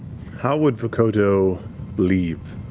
how would vokodo leave?